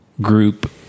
group